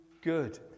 good